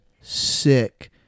sick